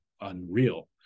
unreal